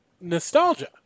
nostalgia